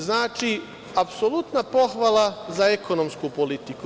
Znači, apsolutna pohvala za ekonomsku politiku.